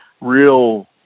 real